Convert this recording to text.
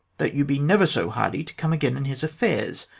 that you be never so hardy to come again in his affairs,